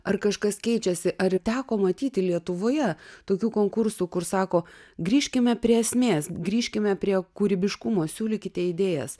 ar kažkas keičiasi ar teko matyti lietuvoje tokių konkursų kur sako grįžkime prie esmės grįžkime prie kūrybiškumo siūlykite idėjas